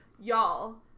Y'all